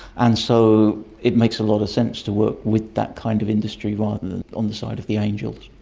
and so it makes a lot of sense to work with that kind of industry rather than on the side of the angels.